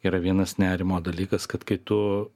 yra vienas nerimo dalykas kad kai tu